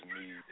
need